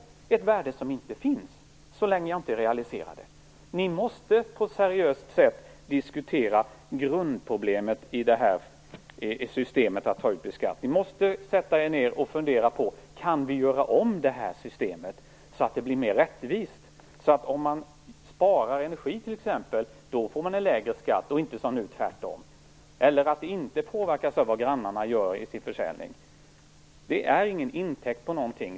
Det är ett värde som inte finns, så länge jag inte realiserar det. Ni måste på ett seriöst sätt diskutera grundproblemet i beskattningssystemet. Ni måste sätta er ned och fundera på om systemet kan göras om så att det blir mer rättvist. Om man sparar energi t.ex. bör man få en lägre skatt och inte som nu tvärtom. Man bör heller inte påverkas av vad grannarna gör vid sin försäljning. Det handlar inte om intäkt av någonting.